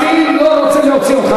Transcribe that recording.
אני לא רוצה להוציא אותך,